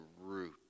root